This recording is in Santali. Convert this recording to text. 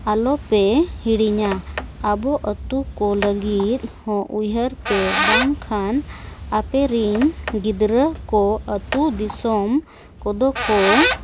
ᱟᱞᱚᱯᱮ ᱦᱤᱲᱤᱧᱟ ᱟᱵᱚ ᱟᱛᱳ ᱠᱚ ᱞᱟᱹᱜᱤᱫ ᱦᱚᱸ ᱩᱭᱦᱟᱹᱨ ᱯᱮ ᱵᱟᱝᱠᱷᱟᱱ ᱟᱯᱮ ᱨᱮᱱ ᱜᱤᱫᱽᱨᱟᱹ ᱠᱚ ᱟᱛᱳ ᱫᱤᱥᱚᱢ ᱠᱚᱫᱚ ᱠᱚ